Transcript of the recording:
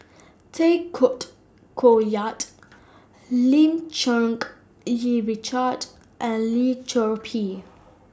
Tay Koh Yat Lim Cherng Yih Richard and Lim Chor Pee